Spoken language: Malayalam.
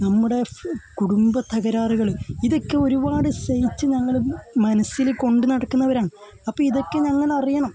നമ്മുടെ കുടുംബ തകരാറുകൾ ഇതൊക്കെ ഒരുപാട് സഹിച്ച് ഞങ്ങൾ മനസ്സിൽ കൊണ്ടു നടക്കുന്നവരാണ് അപ്പം ഇതൊക്കെ ഞങ്ങൾ അറിയണം